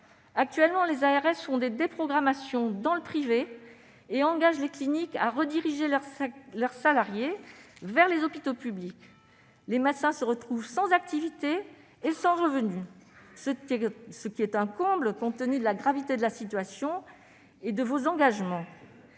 Actuellement, les ARS font des déprogrammations dans le privé et engagent les cliniques à rediriger leurs salariés vers les hôpitaux publics. Les médecins se retrouvent sans activité et sans revenus, ce qui est un comble compte tenu de la gravité de la situation et compte